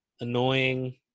annoying